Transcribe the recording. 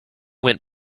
went